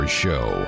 show